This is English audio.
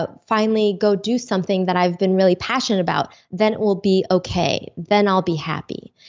but finally go do something that i've been really passionate about, then it will be okay. then i'll be happy.